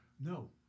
No